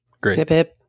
great